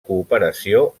cooperació